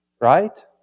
right